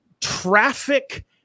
traffic